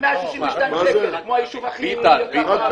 162 שקלים, כמו היישוב הכי יקר בארץ.